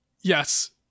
Yes